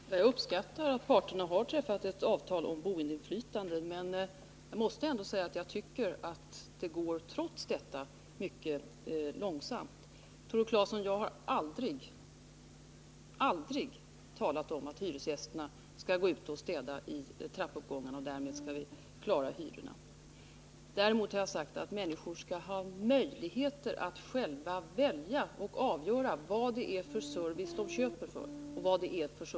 Herr talman! Jag uppskattar att parterna har träffat ett avtal om boendeinflytande. Men trots det tycker jag att det går mycket långsamt. Tore Claeson! Jag har aldrig talat om att hyresgästerna skall gå ut och städa i trappuppgångarna för att därmed klara hyrorna. Däremot har jag sagt att människor skall ha möjlighet att själva avgöra den service de vill ha och betala för.